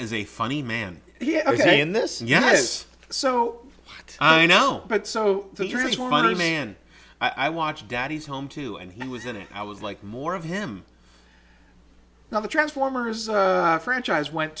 is a funny man yeah ok in this yes so i know but so there's more money man i watch daddy's home too and he was in it i was like more of him now the transformers franchise went